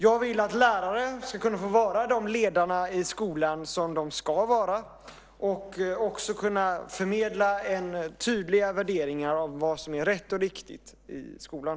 Jag vill att lärare ska kunna vara de ledare i skolan de ska vara och också kunna förmedla tydliga värderingar av vad som är rätt och riktigt i skolan.